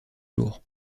jour